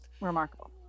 remarkable